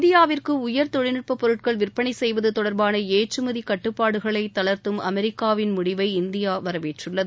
இந்தியாவிற்கு உயர் தொழில்நுட்பப் பொருட்கள் விற்பனை செய்வது தொடர்பான ஏற்றுமதி கட்டுப்பாடுகளை தளர்த்தும் அமெரிக்காவின் முடிவை இந்தியா வரவேற்றுள்ளது